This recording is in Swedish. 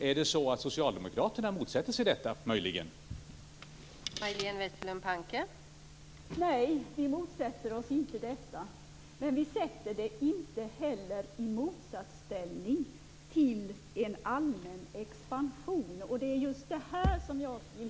Är det möjligen så att socialdemokraterna motsätter sig en utökning av den tekniska utbildningen?